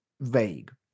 vague